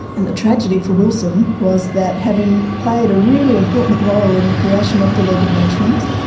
and the tragedy for wilson was that having played a really important role in the creation of the league of nations,